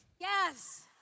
Yes